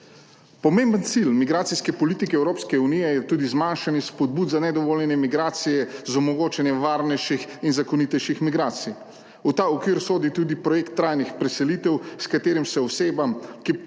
Pomemben cilj migracijske politike Evropske unije je tudi zmanjšanje spodbud za nedovoljene migracije z omogočanjem varnejših in zakonitejših migracij. V ta okvir sodi tudi projekt trajnih preselitev, s katerim se osebam, ki